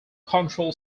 control